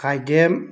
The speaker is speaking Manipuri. ꯈꯥꯏꯗꯦꯝ